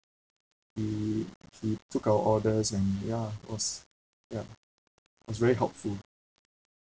he he took our orders and ya was ya was very helpful